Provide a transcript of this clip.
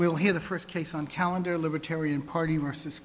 we'll hear the first case on calendar libertarian party versus